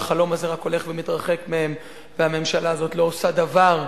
והחלום הזה רק הולך ומתרחק מהם והממשלה הזאת לא עושה דבר,